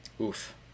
Oof